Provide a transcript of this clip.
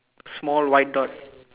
small white dot